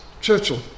Churchill